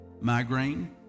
Migraine